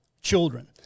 children